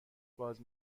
باز